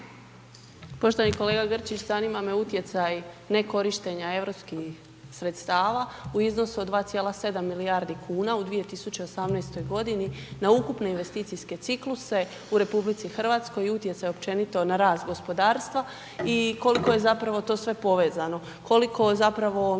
Poštovani kolega Grčić, zanima me utjecaj nekorištenja europskih sredstava u iznosu od 2,7 milijardi kuna u 2018. g. na ukupne investicijske cikluse u RH i utjecaj općenito na rast gospodarstva i koliko je zapravo to sve povezano? Koliko zapravo